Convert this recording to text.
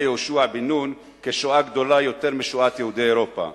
יהושע בן נון ואמרה שהיא שואה גדולה יותר משואת יהודי אירופה.